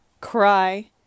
cry